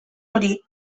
hori